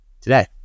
today